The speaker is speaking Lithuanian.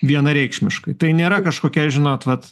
vienareikšmiškai tai nėra kažkokia žinot vat